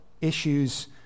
Issues